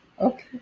Okay